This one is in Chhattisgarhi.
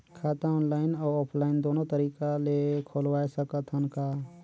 खाता ऑनलाइन अउ ऑफलाइन दुनो तरीका ले खोलवाय सकत हन का?